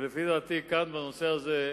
ולפי דעתי כאן, בנושא הזה,